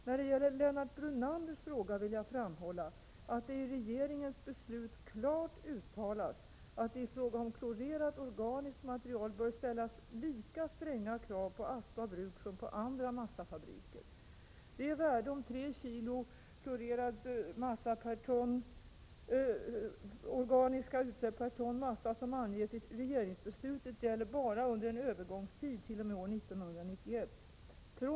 När det gäller Lennart Brunanders fråga vill jag framhålla att det i regeringens beslut klart uttalas att det i fråga om klorerat organiskt material bör ställas lika stränga krav på Aspa bruk som på andra massafabriker. Det — Prot. 1987/88:22 värde om 3 kg klorerade organiska utsläpp per ton massa som anges i 12 november 1987 regeringsbeslutet gäller bara under en övergångstid t.o.m. år 1991. Från.